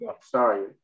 Sorry